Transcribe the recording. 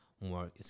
more